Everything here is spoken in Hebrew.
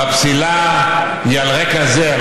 והפסילה היא על רקע זה,